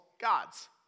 gods